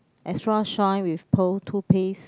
extra shine with pearl toothpaste